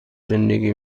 زندگی